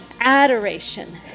adoration